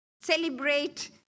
celebrate